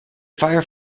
fire